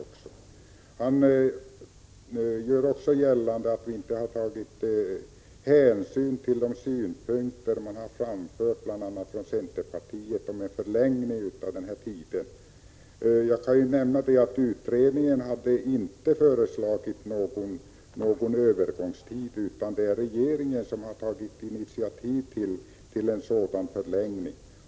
Stig Josefson gjorde också gällande att jag inte tagit hänsyn till de synpunkter som framförts från bl.a. centern om en förlängning av tiden. Jag kan nämna att utredningen inte föreslagit någon övergångstid, utan regeringen har tagit initiativ till en sådan förlängning.